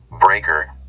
Breaker